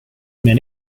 men